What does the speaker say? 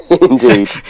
Indeed